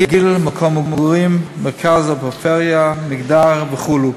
גיל, מקום מגורים, מרכז או פריפריה, מגדר וכו'.